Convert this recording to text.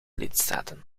lidstaten